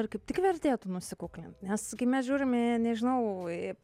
kaip tik vertėtų nusikuklint nes kai mes žiūrim į nežinau į